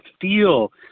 feel